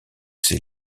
ses